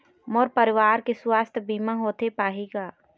मोर परवार के सुवास्थ बीमा होथे पाही का?